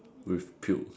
with puke